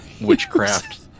witchcraft